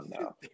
no